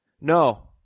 No